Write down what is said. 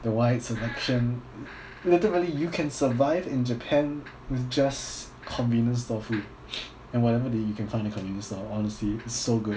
the wide selection literally you can survive in japan with just convenience store food and whatever that you can find in a convenience store honestly so good